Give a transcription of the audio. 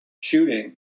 shooting